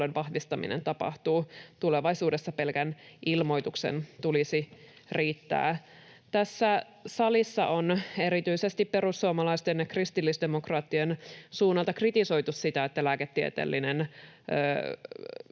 vahvistaminen tapahtuu. Tulevaisuudessa pelkän ilmoituksen tulisi riittää. Tässä salissa on erityisesti perussuomalaisten ja kristillisdemokraattien suunnalta kritisoitu sitä, että lääketieteellinen